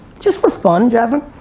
just for fun, jasmine.